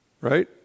right